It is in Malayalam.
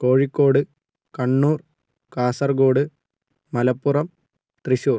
കോഴിക്കോട് കണ്ണൂർ കാസർഗോഡ് മലപ്പുറം തൃശ്ശൂർ